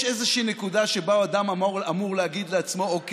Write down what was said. יש איזושהי נקודה שבה אדם אמור להגיד לעצמו: אוקיי,